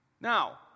Now